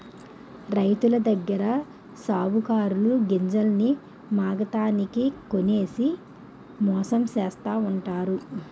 రైతులదగ్గర సావుకారులు గింజల్ని మాగతాకి కొనేసి మోసం చేస్తావుంటారు